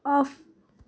off